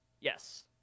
Yes